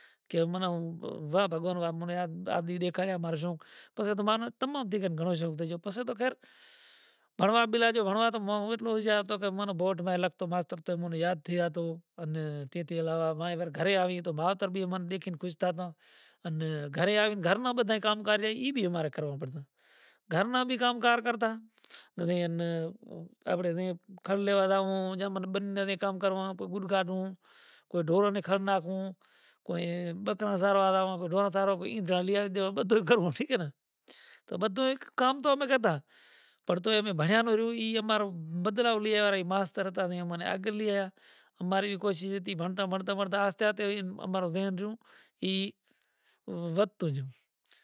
کے من ھو ، وا بھگوان نے اپنڑے آ آ دن دیکھاڑیاں مار شئوں تو پسے توں منا تمام دیکھے گھڑون شئوں تو پسے تو خیر بھنڑوا بھی لا جیو بھنڑوا توں ما ودھ موں جا تو کہ من بورڈ ماھے لاگتو تو ماستر موں نے یاد تھیا توں من تے تھی علاوہ گھرے آوی تو بہاتر بھی ہمیں دیکھن خوش تھا تا انے گھرے آوی گھر ما بدھائے کام کار ای بھی ہمارے کروا پڑتا۔ گھر نا بھی کام کار کرتا انی انا آپڑے تھے کھل لیوا جاوؤں جنے بنے بھی کام کروا تو گڑ گاڈھوں تو ڈھور نکارین گاڈھوں کوئی بکرا چڑوا ھوں تو ڈھونر چاڑو ای جالیا دیوے بدھوئے کرووں ٹھیک ھے نا تو بدھوئے اپڑے کام تو کرتا تو پڑں تے بھنڑیا نوں ای امارے بدڑاں لیوارے ماستر ھتا نا امنے آگل لیایاراں۔ امارے بھی کوشش ھتی بھنڑتا بھنڑتا بھنڑتا آہستہ آہستہ ایم امارو ذہن جیوں ای۔ ودھتو جیوں۔